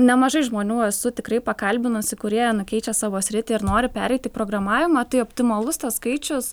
nemažai žmonių esu tikrai pakalbinusi kurie na keičia savo sritį ir nori pereit į programavimą tai optimalus tas skaičius